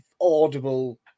audible